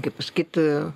kaip pasakyt a